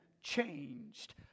changed